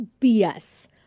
BS